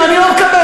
אני לא נוקט,